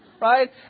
right